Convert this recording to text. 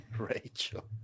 Rachel